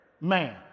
man